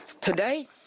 today